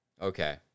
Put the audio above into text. Okay